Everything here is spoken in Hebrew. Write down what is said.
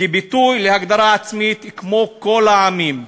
כביטוי להגדרה עצמית כמו כל העמים.